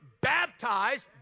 baptized